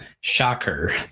Shocker